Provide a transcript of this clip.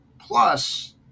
Plus